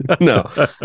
no